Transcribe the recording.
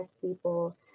people